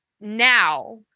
now